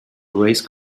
race